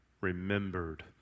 remembered